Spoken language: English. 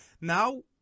now